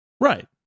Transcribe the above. Right